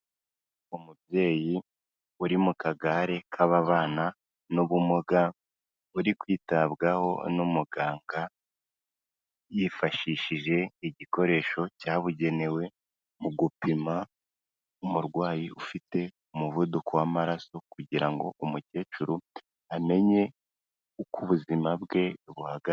Umubyeyi uri mu kagare k'ababana n'ubumuga uri kwitabwaho n'umuganga yifashishije igikoresho cyabugenewe mu gupima umurwayi ufite umuvuduko w'amaraso kugira ngo umukecuru amenye uko ubuzima bwe buhagaze.